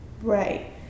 Right